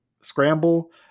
scramble